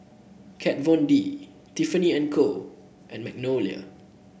Kat Von D Tiffany And Co and Magnolia